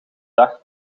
dag